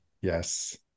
Yes